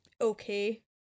okay